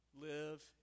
live